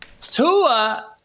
Tua